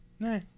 Nah